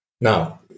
Now